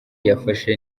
yafashe